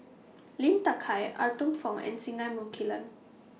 Lim Hak Tai Arthur Fong and Singai Mukilan